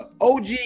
og